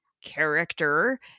character